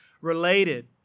related